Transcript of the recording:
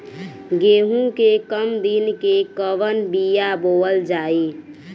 गेहूं के कम दिन के कवन बीआ बोअल जाई?